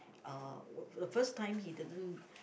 uh w~ the first time he didn't